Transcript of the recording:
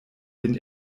den